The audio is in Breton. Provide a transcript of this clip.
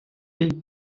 deiz